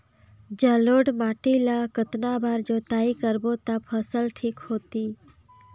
जलोढ़ माटी ला कतना बार जुताई करबो ता फसल ठीक होती?